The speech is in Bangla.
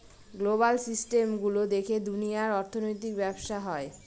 গ্লোবাল সিস্টেম গুলো দেখে দুনিয়ার অর্থনৈতিক ব্যবসা হয়